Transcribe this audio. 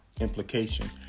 implication